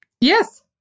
Yes